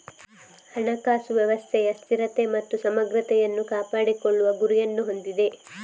ಹಣಕಾಸು ವ್ಯವಸ್ಥೆಯ ಸ್ಥಿರತೆ ಮತ್ತು ಸಮಗ್ರತೆಯನ್ನು ಕಾಪಾಡಿಕೊಳ್ಳುವ ಗುರಿಯನ್ನು ಹೊಂದಿದೆ